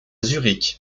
zurich